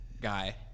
guy